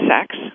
sex